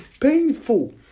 painful